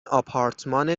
آپارتمان